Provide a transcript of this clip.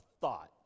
thought